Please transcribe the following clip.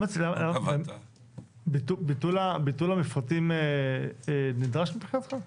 ביטול המפרטים נדרש מבחינתך?